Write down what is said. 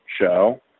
show